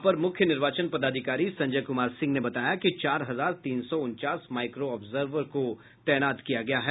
अपर मुख्य निर्वाचन पदाधिकारी संजय कुमार सिंह ने बताया कि चार हजार तीन सौ उनचास माइक्रो ऑब्जर्वर को तैनात किया गया है